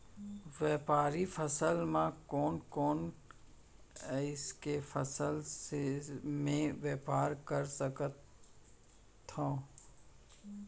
व्यापारिक फसल म कोन कोन एसई फसल से मैं व्यापार कर सकत हो?